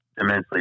immensely